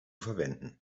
verwenden